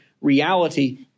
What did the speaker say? reality